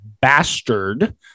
bastard